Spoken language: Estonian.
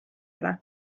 ole